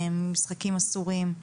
משחקים אסורים?